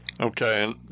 Okay